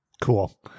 Cool